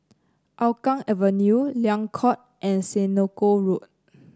Hougang Avenue Liang Court and Senoko Road